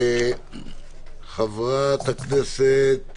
חברת הכנסת